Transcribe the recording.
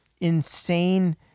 insane